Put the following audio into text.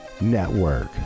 Network